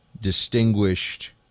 distinguished